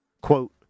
Quote